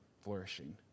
flourishing